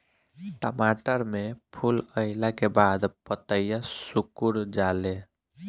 टमाटर में फूल अईला के बाद पतईया सुकुर जाले?